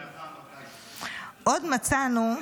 --- בקיץ.